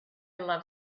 love